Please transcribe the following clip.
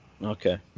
Okay